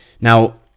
Now